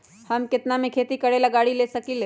हम केतना में खेती करेला गाड़ी ले सकींले?